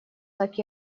так